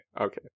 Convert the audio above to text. okay